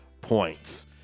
points